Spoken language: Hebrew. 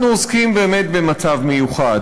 אנחנו עוסקים באמת במצב מיוחד.